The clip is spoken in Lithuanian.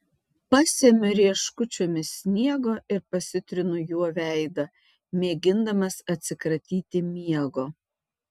pasemiu rieškučiomis sniego ir pasitrinu juo veidą mėgindamas atsikratyti miego